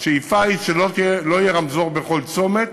השאיפה היא שלא יהיה רמזור בכל צומת,